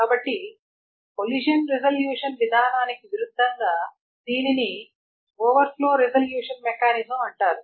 కాబట్టి collision resolution విధానానికి విరుద్ధంగా దీనిని ఓవర్ఫ్లో రిజల్యూషన్ మెకానిజం అంటారు